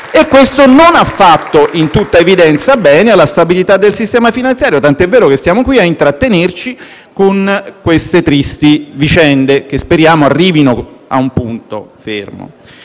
e questo non ha fatto bene, in tutta evidenza, alla stabilità del sistema finanziario, tanto è vero che siamo qui a intrattenerci con queste tristi vicende, che speriamo arrivino a un punto fermo.